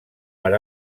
per